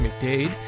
McDade